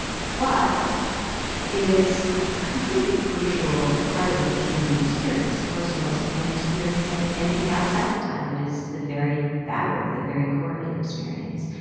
but it is a completely crucial part of the human experience. of course, you also can't experience anything outside of time. it is the very fabric, the very core of your experience.